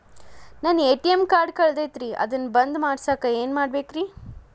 ನನ್ನ ATM card ಕಳದೈತ್ರಿ ಅದನ್ನ ಬಂದ್ ಮಾಡಸಾಕ್ ಏನ್ ಮಾಡ್ಬೇಕ್ರಿ?